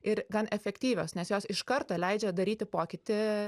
ir gan efektyvios nes jos iš karto leidžia daryti pokytį